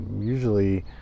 usually